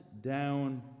down